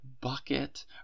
bucket